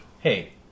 Hey